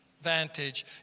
Vantage